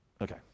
Okay